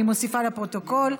אני מוסיפה לפרוטוקול.